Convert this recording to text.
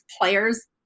players